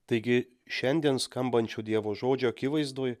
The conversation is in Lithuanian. taigi šiandien skambančių dievo žodžio akivaizdoj